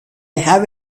have